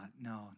No